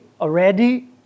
already